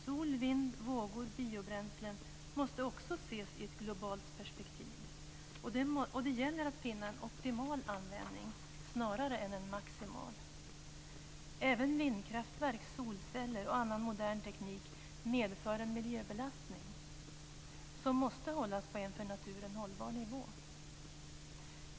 Sol, vind, vågor och biobränslen måste också ses i ett globalt perspektiv. Det gäller att finna en optimal användning snarare än en maximal. Även vindkraftverk, solceller och annan modern teknik medför en miljöbelastning som måste hållas på en för naturen hållbar nivå.